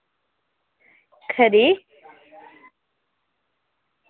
खरी